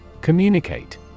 Communicate